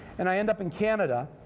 and i end up in canada,